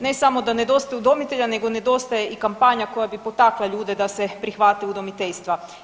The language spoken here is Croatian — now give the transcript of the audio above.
Ne samo da nedostaje udomitelja, nego nedostaje i kampanja koja bi potakla ljude da se prihvate udomiteljstva.